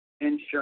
insurance